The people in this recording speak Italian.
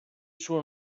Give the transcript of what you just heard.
suo